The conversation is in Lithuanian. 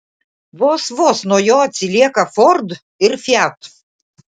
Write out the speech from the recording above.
vos vos nuo jo atsilieka ford ir fiat